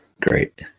great